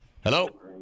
hello